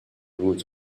rules